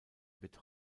wird